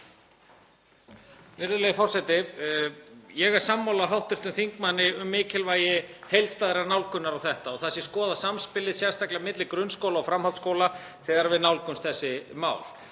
Virðulegur forseti. Ég er sammála hv. þingmanni um mikilvægi heildstæðrar nálgunar á þetta og það sé skoðað samspilið sérstaklega milli grunnskóla og framhaldsskóla þegar við nálgumst þessi mál.